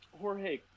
Jorge